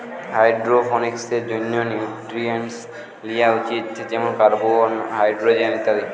হাইড্রোপনিক্সের জন্যে নিউট্রিয়েন্টস লিয়া উচিত যেমন কার্বন, হাইড্রোজেন ইত্যাদি